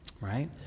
right